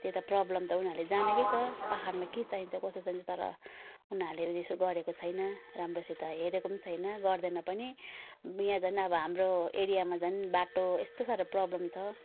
त्यही त प्रब्लम त उनीहरूले जानेकै छ पहाडमा के चाहिन्छ कसो चाहिन्छ तर उनीहरूले यसो गरेको छैन राम्रोसित हेरेको पनि छैन गर्दैन पनि यहाँ झन् अब हाम्रो एरियामा झन् बाटो यस्तो साह्रो प्रब्लम छ